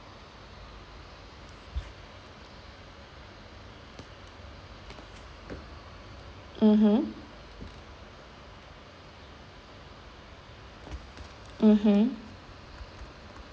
mmhmm mmhmm